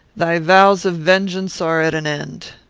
thy vows of vengeance are at an end.